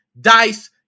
DICE